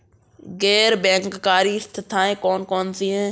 गैर बैंककारी संस्थाएँ कौन कौन सी हैं?